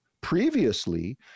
Previously